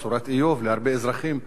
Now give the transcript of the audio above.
בשורת איוב להרבה אזרחים,